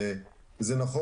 נאמר